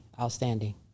outstanding